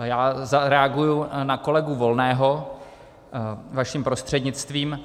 Já zareaguji na kolegu Volného vaším prostřednictvím.